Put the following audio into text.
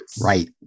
Right